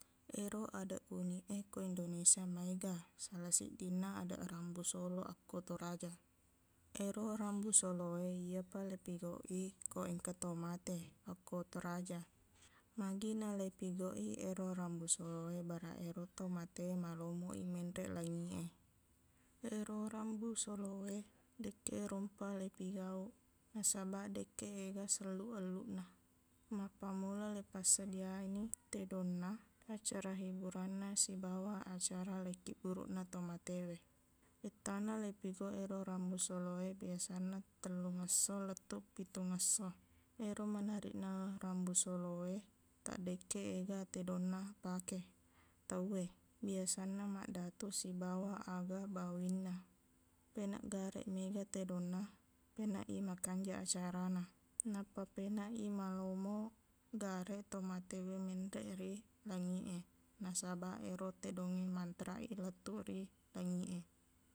Ero adeq unik e ko Indonesia, maega. Sala siddinna, adeq rambu solo akko Toraja. Ero rambu solo e, iyepa leipigauq i ko engka tau mate okko Toraja. Magina leipigauq i ero rambu solo e, baraq ero tau mate malomoq i menreq langiq e. Ero rambu solo e, dekke rompa leipigauq. Nasabaq, dekke ega selluq-elluqna. Mappammola, leipassedianni tedonna, acara hiburanna, sibawa acara leikkibburuqna to matewe. Ettana leipigauq ero rambu solo e, biasanna tellung ngesso lettuq pitung ngesso. Ero menarikna rambu solo e, taqdekke ega tedong napake tauwe, biasanna maqdatuq sibawa aga bawinna. Peneq gareq mega tedonna, peneq i makanjaq acarana. Nappa penaq i malomo gareq to matewe menreq ri langiq e. Nasabaq, ero tedongnge mantaraq i lettuq ri langiq e.